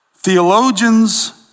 Theologians